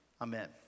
Amen